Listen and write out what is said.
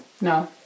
No